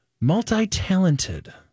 multi-talented